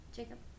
Jacob